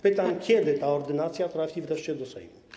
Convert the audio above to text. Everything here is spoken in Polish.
Pytam: Kiedy ta ordynacja trafi wreszcie do Sejmu?